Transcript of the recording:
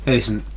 listen